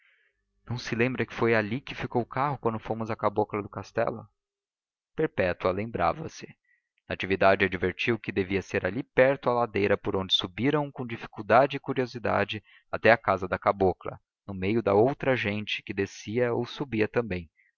não se lembra que foi ali que ficou o carro quando fomos à cabocla do castelo perpétua lembrava-se natividade advertiu que devia ser ali perto a ladeira por onde subiram com dificuldade e curiosidade até à casa da cabocla no meio da outra gente que descia ou subia também